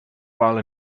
while